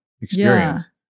experience